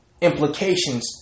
implications